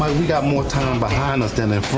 we've got more time behind us then if